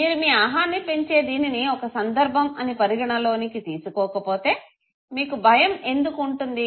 మీరు మీ అహాన్ని పెంచే దీనిని ఒక సందర్భం అని పరిగణలోనికి తీసుకోకపోతే మీకు భయం ఎందుకు ఉంటుంది